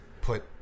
put